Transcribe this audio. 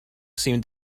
seemed